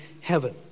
heaven